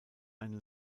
eine